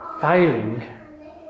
failing